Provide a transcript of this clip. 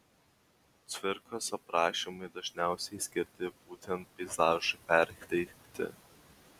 cvirkos aprašymai dažniausiai skirti būtent peizažui perteikti